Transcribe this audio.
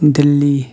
دِلی